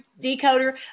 decoder